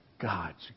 God's